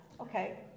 okay